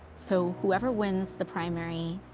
so, whoever wins the primary,